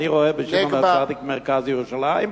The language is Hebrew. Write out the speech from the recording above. אני רואה בשמעון-הצדיק מרכז ירושלים,